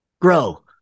Grow